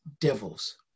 devils